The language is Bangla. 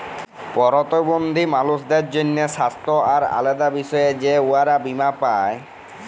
পরতিবল্ধী মালুসদের জ্যনহে স্বাস্থ্য আর আলেদা বিষয়ে যে উয়ারা বীমা পায়